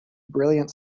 brilliant